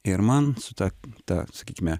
ir man su ta ta sakykime